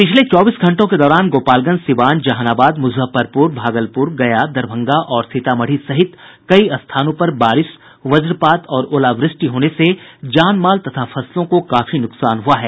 पिछले चौबीस घंटों के दौरान गोपालगंज सीवान जहानाबाद मुजफ्फरपुर भागलपुर गया दरभंगा और सीतामढ़ी सहित कई स्थानों पर बारिश वजपात और ओलावृष्टि होने से जानमाल तथा फसलों को काफी नुकसान हुआ है